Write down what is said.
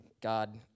God